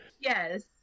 Yes